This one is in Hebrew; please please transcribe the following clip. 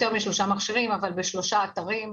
מכשירים בשלושה אתרים,